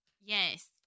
Yes